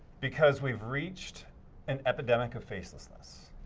because we've reached an epidemic of facelessness.